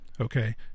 Okay